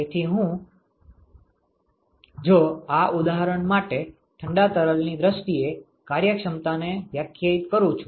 તેથી જો હું આ ઉદાહરણ માટે ઠંડા તરલની દ્રષ્ટિએ કાર્યક્ષમતાને વ્યાખ્યાયિત કરું છું